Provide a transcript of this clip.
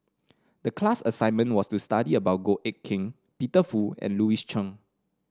the class assignment was to study about Goh Eck Kheng Peter Fu and Louis Chen